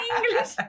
English